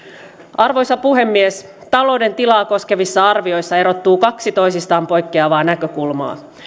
arvoisa puhemies talouden tilaa koskevissa arvioissa erottuu kaksi toisistaan poikkeavaa näkökulmaa